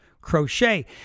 crochet